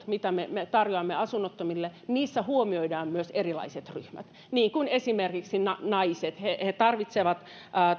mitä me me tarjoamme asunnottomille huomioidaan myös erilaiset ryhmät niin kuin esimerkiksi naiset he tarvitsevat